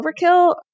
overkill